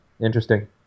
Interesting